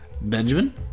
Benjamin